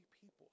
people